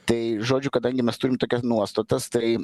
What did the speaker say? tai žodžiu kadangi mes turim tokias nuostatas tai